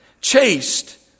chaste